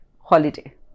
holiday